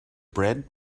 bread